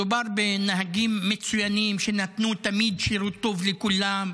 מדובר בנהגים מצוינים שנתנו תמיד שירות טוב לכולם,